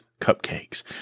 cupcakes